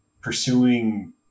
pursuing